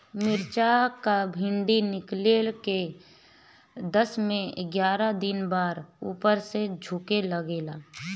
मिरचा क डिभी निकलले के दस से एग्यारह दिन बाद उपर से झुके लागेला?